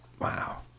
Wow